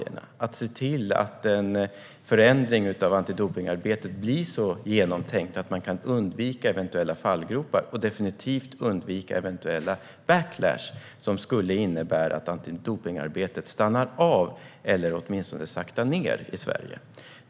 Det finns tid för att se till att en förändring av antidopningsarbetet blir så genomtänkt att man kan undvika eventuella fallgropar och definitivt undvika eventuella backlash, som skulle innebära att antidopningsarbetet stannar av eller åtminstone saktar ned i Sverige.